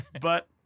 But-